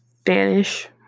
Spanish